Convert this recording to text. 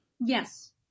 Yes